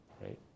right